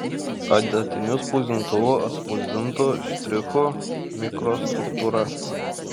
adatiniu spausdintuvu atspausdintų štrichų mikrostruktūra